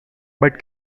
but